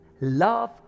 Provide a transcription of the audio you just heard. love